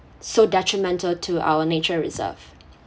so detrimental to our nature reserve